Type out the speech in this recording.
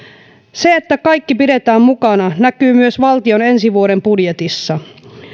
se että kaikki pidetään mukana näkyy myös valtion ensi vuoden budjetissa